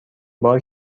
بار